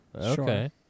Okay